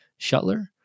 Shuttler